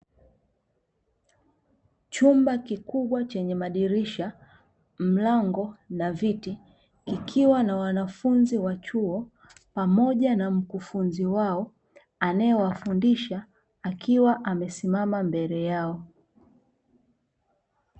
Chumba kikubwa chenye madirisha, mlango na viti ikiwa na wanafunzi wa chuo, pamoja na mkufunzi wao, anayewafundisha akiwa amesimama mbele yao.